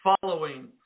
following